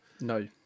No